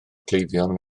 cleifion